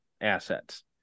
assets